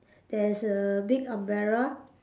there's a big umbrella